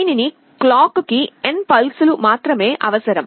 దీని క్లాక్ కి n pulse లు మాత్రమే అవసరం